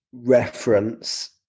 Reference